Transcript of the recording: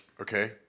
okay